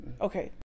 Okay